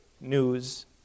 news